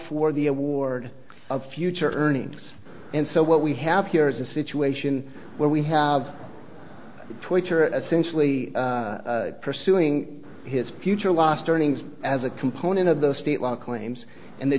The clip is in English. for the award of future earnings and so what we have here is a situation where we have twitter sensually pursuing his future lost earnings as a component of the state law claims and the